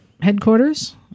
headquarters